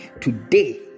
Today